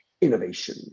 innovation